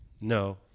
No